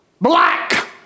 black